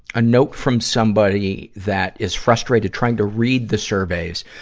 a note from somebody that is frustrated trying to read the surveys.